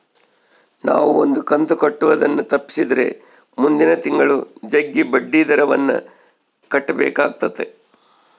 ನಾವು ಒಂದು ಕಂತು ಕಟ್ಟುದನ್ನ ತಪ್ಪಿಸಿದ್ರೆ ಮುಂದಿನ ತಿಂಗಳು ಜಗ್ಗಿ ಬಡ್ಡಿದರವನ್ನ ಕಟ್ಟಬೇಕಾತತೆ